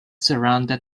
surrounded